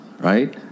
right